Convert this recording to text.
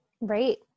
Right